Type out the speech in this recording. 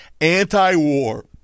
anti-war